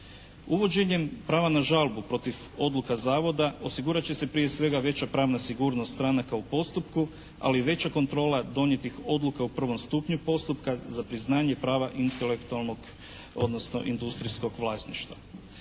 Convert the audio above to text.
Uvođenjem prava na žalbu protiv odluka zavoda osigurat će se prije svega veća pravna sigurnost stranaka u postupku ali i veća kontrola donijetih u prvom stupnju postupka za priznanje prava intelektualnog odnosno industrijskog vlasništva.